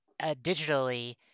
digitally